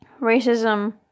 racism